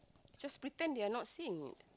just pretend they are not seeing